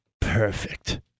perfect